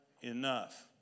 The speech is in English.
enough